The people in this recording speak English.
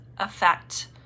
effect